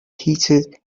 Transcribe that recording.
heated